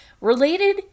Related